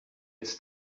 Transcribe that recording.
it’s